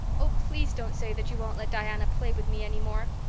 oh, please don't say that you won't let diana play with me any more.